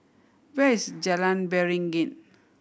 where is Jalan Beringin